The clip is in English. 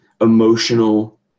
emotional